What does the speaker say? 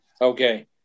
Okay